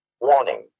warning